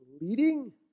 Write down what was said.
leading